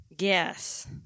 Yes